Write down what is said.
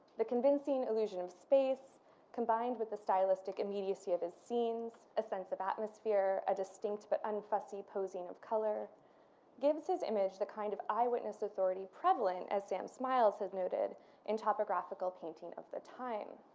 the convincing illusion of space combined with the stylistic immediacy of his scenes, a sense of atmosphere, a distinct but unfussy posing of color gives his image the kind of eyewitness authority prevalent as sam smiles has noted in topographical painting of the time.